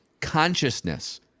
consciousness